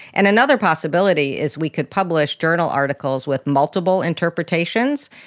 and another possibility is we could publish journal articles with multiple interpretations.